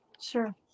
Sure